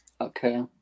okay